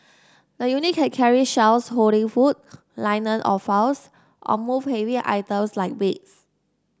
the unit can carry shelves holding food liner or files or move heavy items like beds